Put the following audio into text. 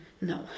No